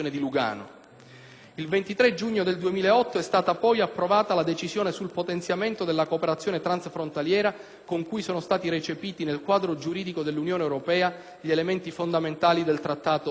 Il 23 giugno 2008 è stata poi approvata la decisione sul potenziamento della cooperazione transfrontaliera con cui sono stati recepiti nel quadro giuridico dell'Unione europea gli elementi fondamentali del Trattato di Prum.